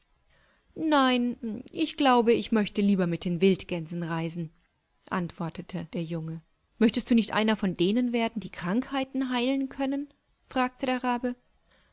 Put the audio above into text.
nein ich glaube ich möchte lieber mit den wildgänsen reisen antwortete der junge möchtest du nicht einer von denen werden die krankheiten heilen können fragte der rabe